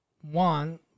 one